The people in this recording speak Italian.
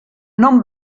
non